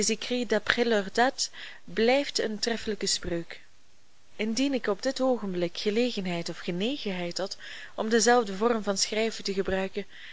blijft een treffelijke spreuk indien ik op dit oogenblik gelegenheid of genegenheid had om denzelfden vorm van schrijven te gebruiken